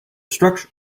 structure